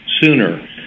sooner